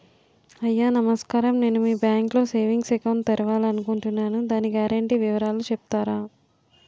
అయ్యా నమస్కారం నేను మీ బ్యాంక్ లో సేవింగ్స్ అకౌంట్ తెరవాలి అనుకుంటున్నాను దాని గ్యారంటీ వివరాలు చెప్తారా?